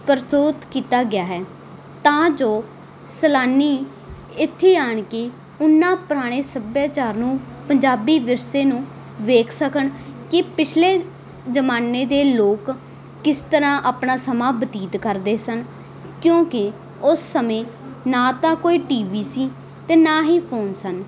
ਪ੍ਰ ਪਰਤੁਤ ਕੀਤਾ ਗਿਆ ਹੈ ਤਾਂ ਜੋ ਸੈਲਾਨੀ ਏਥੇ ਆਣ ਕੇ ਉਨ੍ਹਾਂ ਪੁਰਾਣੇ ਸੱਭਿਆਚਾਰ ਨੂੰ ਪੰਜਾਬੀ ਵਿਰਸੇ ਨੂੰ ਵੇਖ ਸਕਣ ਕੀ ਪਿਛਲੇ ਜਮਾਨੇ ਦੇ ਲੋਕ ਕਿਸ ਤਰ੍ਹਾਂ ਆਪਣਾ ਸਮਾਂ ਬਤੀਤ ਕਰਦੇ ਸਨ ਕਿਉਂਕੀ ਉਸ ਸਮੇਂ ਨਾ ਤਾਂ ਕੋਈ ਟੀਵੀ ਸੀ ਤੇ ਨਾ ਹੀ ਫੋਨ ਸਨ